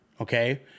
Okay